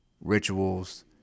rituals